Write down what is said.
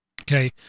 Okay